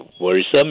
worrisome